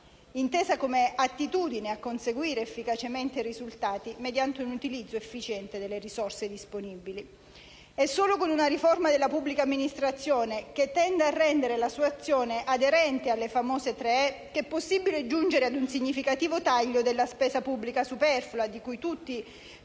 intesa come attitudine a conseguire efficacemente i risultati mediante un utilizzo efficiente delle risorse disponibili. È solo con una riforma della pubblica amministrazione che tenda a rendere la sua azione aderente alle famose «tre e» che è possibile giungere ad un significativo taglio della spesa pubblica superflua di cui tutti